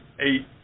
eight